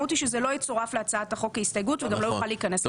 חדש.